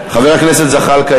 חבר הכנסת זחאלקה,